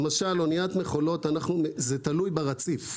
זה תלוי ברציף.